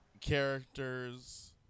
characters